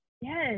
yes